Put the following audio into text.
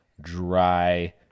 dry